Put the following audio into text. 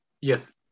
Yes